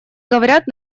говорят